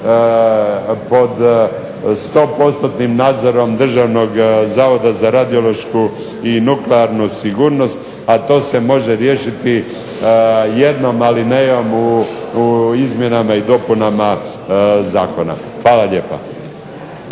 pod 100% nadzorom Državnog zavoda za radiološku i nuklearnu sigurnost, a to se može riješiti jednom alinejom u izmjenama i dopunama Zakona. Hvala lijepa.